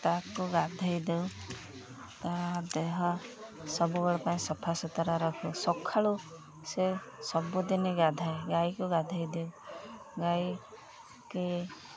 ତାକୁ ଗାଧୋଇ ଦେଉ ତା' ଦେହ ସବୁବେଳେ ପାଇଁ ସଫାସୁୁତୁରା ରଖୁ ସକାଳୁ ସେ ସବୁଦିନ ଗାଧାଏ ଗାଈକୁ ଗାଧୋଇ ଦେଉ ଗାଈ କି